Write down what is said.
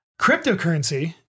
Cryptocurrency